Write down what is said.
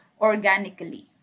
organically